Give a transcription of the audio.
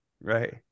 right